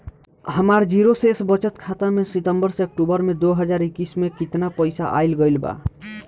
हमार जीरो शेष बचत खाता में सितंबर से अक्तूबर में दो हज़ार इक्कीस में केतना पइसा आइल गइल बा?